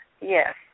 yes